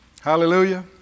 Hallelujah